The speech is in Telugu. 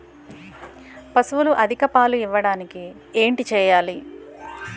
పశువులు అధిక పాలు ఇవ్వడానికి ఏంటి చేయాలి